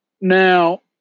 Now